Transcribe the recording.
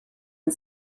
and